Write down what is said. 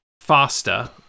faster